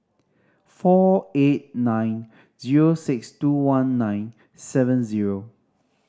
four eight nine zero six two one nine seven zero